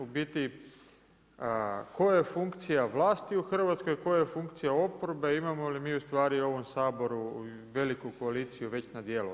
U biti koja je funkcija vlasti u Hrvatskoj, koja je funkcija oporbe, imamo li mi ustvari u ovom Saboru veliku koaliciju već na djelu?